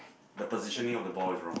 the positioning of the ball is wrong